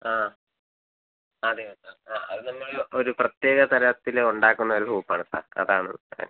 ആ അതേയോ സാർ ആ അത് നമ്മൾ ഒരു പ്രത്യേക തരത്തിൽ ഉണ്ടാക്കുന്ന ഒരു സൂപ്പ് ആണ് സാർ അതാണ് ഞാൻ